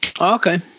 okay